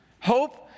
Hope